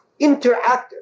interactive